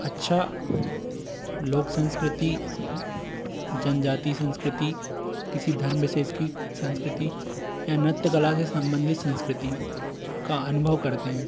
अच्छा लोक संस्कृति जनजातीय संस्कृति किसी धर्म विशेष की संस्कृति या नृत्य कला से सम्बंधित संस्कृति का अनुभव करते हैं